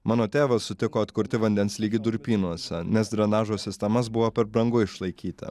mano tėvas sutiko atkurti vandens lygį durpynuose nes drenažo sistemas buvo per brangu išlaikyti